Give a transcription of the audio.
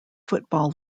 football